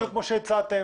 בדיוק כמוש שהצעתם.